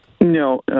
No